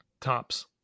tops